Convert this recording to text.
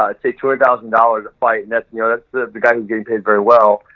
ah say two hundred thousand dollars a fight and that's no that's the guy who's getting paid very well.